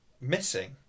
Missing